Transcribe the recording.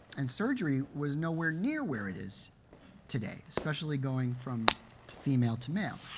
and surgery was nowhere near where it is today, especially going from female to male.